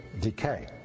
decay